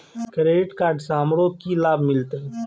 Credit card से हमरो की लाभ मिलते?